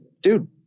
dude